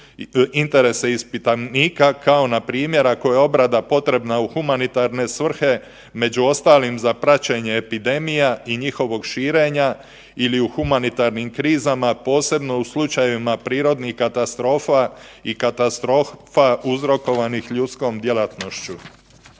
interese ispitanika kao npr. ako je obrada potrebna u humanitarne svrhe, među ostalim za praćenje epidemija i njihovog širenja ili u humanitarnim krizama, posebno u slučajevima prirodnih katastrofa i katastrofa uzrokovanih ljudskom djelatnošću.